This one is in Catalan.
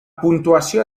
puntuació